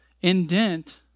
indent